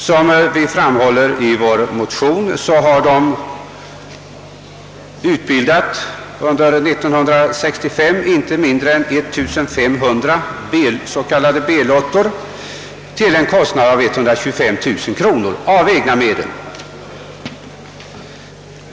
Som vi framhåller i vår motion har Sveriges lottakårer under 1964—1965 med egna medel utbildat inte mindre än 1500 s.k. B-lottor för en kostnad av ca 125 000 kronor.